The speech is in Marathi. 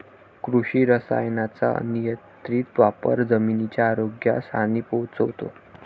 कृषी रसायनांचा अनियंत्रित वापर जमिनीच्या आरोग्यास हानी पोहोचवतो